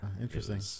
Interesting